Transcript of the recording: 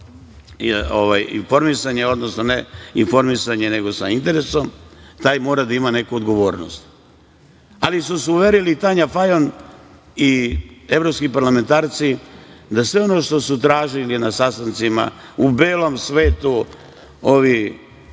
informisanje, odnosno ne informisanje, nego sa interesom, taj mora da ima neku odgovornost. Ali su se uverili Tanja Fajon i evropski parlamentarci da sve ono što su tražili na sastancima u belom svetu ovih